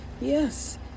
yes